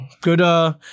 Good